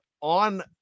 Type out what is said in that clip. on